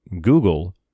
Google